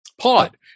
pod